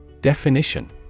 Definition